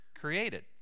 created